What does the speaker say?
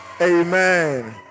Amen